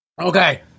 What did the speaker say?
okay